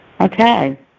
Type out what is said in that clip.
Okay